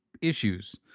issues